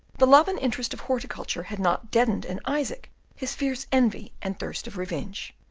the love and interest of horticulture had not deadened in isaac his fierce envy and thirst of revenge.